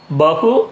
Bahu